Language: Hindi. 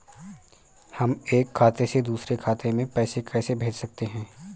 हम एक खाते से दूसरे खाते में पैसे कैसे भेज सकते हैं?